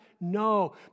No